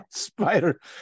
Spider